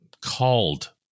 called